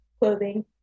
clothing